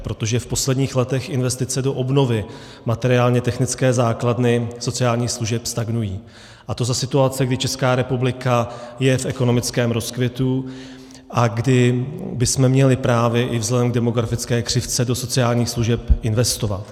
Protože v posledních letech investice do obnovy materiálně technické základny sociálních služeb stagnují, a to za situace, kdy Česká republika je v ekonomickém rozkvětu a kdy bychom měli právě i vzhledem k demografické křivce do sociálních služeb investovat.